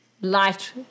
light